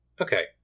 Okay